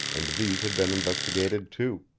and these had been investigated, too.